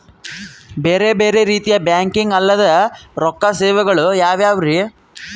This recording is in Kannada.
ಬೇರೆ ಬೇರೆ ರೀತಿಯ ಬ್ಯಾಂಕಿಂಗ್ ಅಲ್ಲದ ರೊಕ್ಕ ಸೇವೆಗಳು ಯಾವ್ಯಾವ್ರಿ?